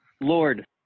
Lord